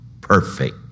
perfect